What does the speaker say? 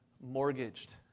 mortgaged